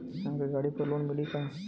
हमके गाड़ी पर लोन मिली का?